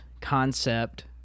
concept